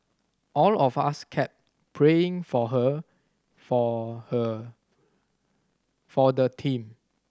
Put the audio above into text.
all of us kept praying for her for her for the team